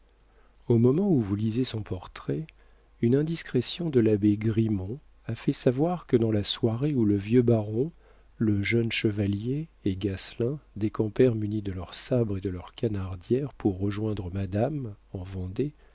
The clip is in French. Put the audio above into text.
au moment où vous lisez son portrait une indiscrétion de l'abbé grimont a fait savoir que dans la soirée où le vieux baron le jeune chevalier et gasselin décampèrent munis de leurs sabres et de leurs canardières pour rejoindre madame en vendée